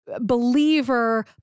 believer